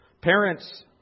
Parents